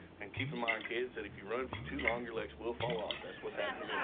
and keep in mind, kids, that if you run for too long, your legs will fall off. that's what